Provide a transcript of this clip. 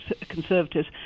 Conservatives